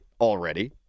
already